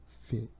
fit